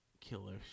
killer